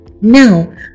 Now